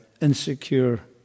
insecure